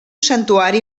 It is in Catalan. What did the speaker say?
santuari